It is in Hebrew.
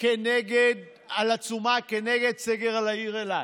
על עצומה נגד סגר על העיר אילת.